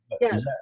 Yes